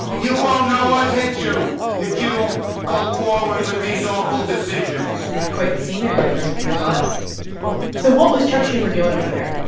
you won't know what hit you if you go forward with these awful decisions quite the scene there, deirdre it was so what was chuck schumer doing over there?